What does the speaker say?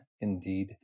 indeed